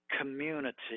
community